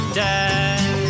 dead